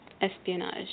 Espionage